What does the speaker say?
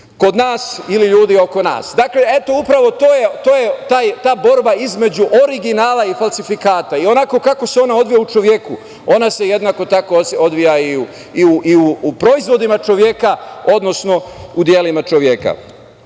kod nas ili ljudi oko nas. Dakle, eto, upravo to je ta borba između originala i falsifikata i onako kako se ona odvija u čoveku, ona se jednako tako odvija i u proizvodima čoveka, odnosno u delima čoveka. Bez